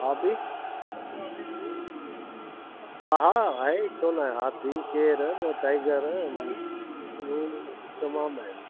हा बी हा हा आहे छो न आहे हाथी शेर टाइगर ज़ू में बि तमामु आहिनि